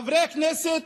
חברי כנסת